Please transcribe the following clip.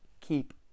keep